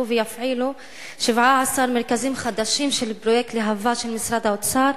ויפעילו 17 מרכזים חדשים של פרויקט להב"ה של משרד האוצר.